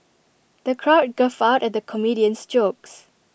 the crowd guffawed at the comedian's jokes